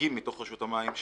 בנציגים מרשות המים,